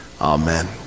Amen